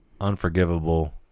unforgivable